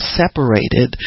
separated